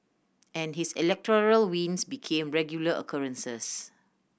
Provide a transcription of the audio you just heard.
and his electoral wins became regular occurrences